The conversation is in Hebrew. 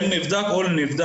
אם נבדק או לא נבדק.